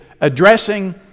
addressing